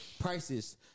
prices